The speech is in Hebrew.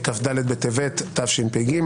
כ"ד בטבת התשפ"ג,